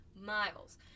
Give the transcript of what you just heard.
miles